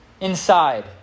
inside